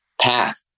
path